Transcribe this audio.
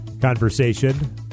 conversation